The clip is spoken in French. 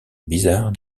bizarre